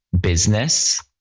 business